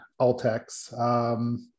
Altex